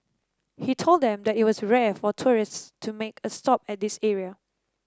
he told them that it was rare for tourists to make a stop at this area